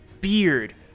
beard